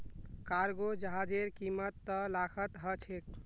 cargo जहाजेर कीमत त लाखत ह छेक